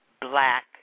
black